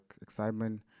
excitement